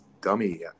dummy